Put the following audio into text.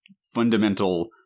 fundamental